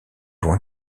loin